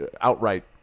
outright